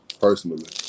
personally